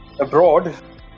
abroad